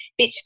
bitch